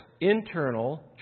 internal